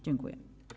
Dziękuję.